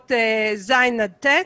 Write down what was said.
בכיתות ז' עד ט',